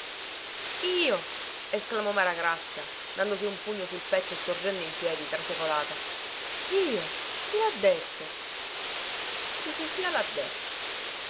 io esclamò maragrazia dandosi un pugno sul petto e sorgendo in piedi trasecolata io chi lha detto chi si sia